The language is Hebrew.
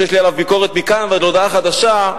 שיש לי עליו ביקורת מכאן ועד להודעה חדשה,